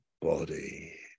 body